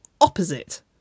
opposite